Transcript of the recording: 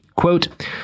Quote